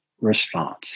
response